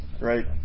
right